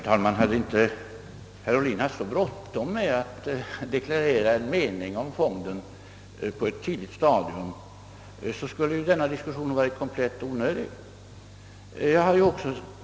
Herr talman! Hade inte herr Ohlin haft så bråttom med att deklarera en mening om fonden på ett tidigt stadium, skulle ju denna diskussion ha varit komplett onödig.